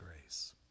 grace